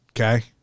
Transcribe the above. okay